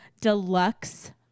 deluxe